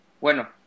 Bueno